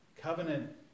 Covenant